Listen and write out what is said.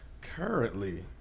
currently